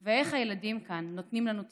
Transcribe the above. // ואיך הילדים כאן, נותנים לנו תקווה,